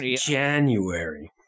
January